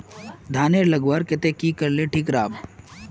धानेर लगवार केते की करले ठीक राब?